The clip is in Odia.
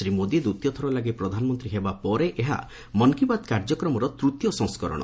ଶ୍ରୀ ମୋଦି ଦ୍ୱିତୀୟଥର ଲାଗି ପ୍ରଧାନମନ୍ତ୍ରୀ ହେବା ପରେ ଏହା ମନ୍ କି ବାତ୍ କାର୍ଯ୍ୟକ୍ରମର ତୃତୀୟ ସଂସ୍କରଣ